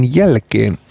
jälkeen